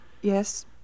Yes